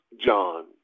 John